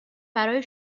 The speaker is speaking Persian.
برای